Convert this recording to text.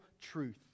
truth